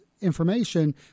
information